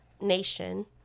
nation